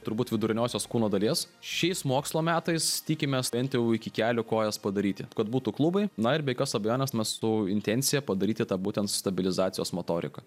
turbūt viduriniosios kūno dalies šiais mokslo metais tikimės bent jau iki kelių kojas padaryti kad būtų klubai na ir be jokios abejonės mes su intencija padaryti tą būtent stabilizacijos motoriką